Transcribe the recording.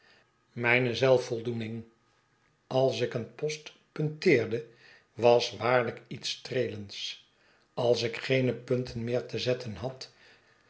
mijne zelfvoldoening als ik een post punteerde was waarlijk iets streelends als ik geene punten meer te zetten had